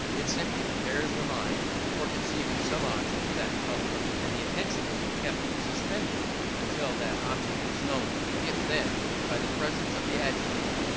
it simply prepares the mind for conceiving some object of that colour and the attention is kept suspended until that object is known. if, then, by the precedence of the adjective,